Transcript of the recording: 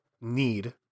need